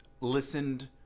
listened